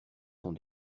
sont